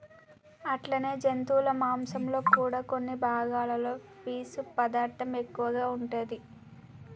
అట్లనే జంతువుల మాంసంలో కూడా కొన్ని భాగాలలో పీసు పదార్థం ఎక్కువగా ఉంటాది